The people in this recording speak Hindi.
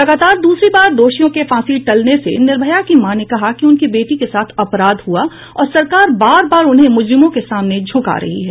लगातार दूसरी बार दोषियों के फांसी टलने से निर्भया की मां ने कहा कि उनकी बेटी के साथ अपराध हुआ और सरकार बार बार उन्हें मुजरिमों के सामने झुका रही है